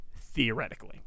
theoretically